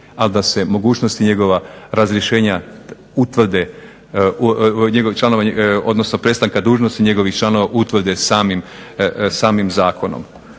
Ali da se mogućnosti njegova razrješenja utvrde, odnosno prestanka dužnosti njegovih članova utvrde samim zakonom.